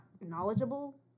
knowledgeable